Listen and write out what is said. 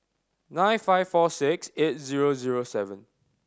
nine five four six eight zero zero seven